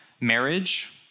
marriage